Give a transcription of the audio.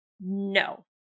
No